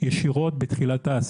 באופן ישיר בתחילת ההעסקה.